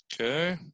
Okay